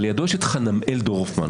ידוע שחנמאל דורפמן,